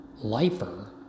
lifer